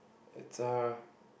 it's a